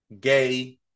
Gay